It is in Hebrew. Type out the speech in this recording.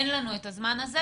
אין לנו את הזמן הזה.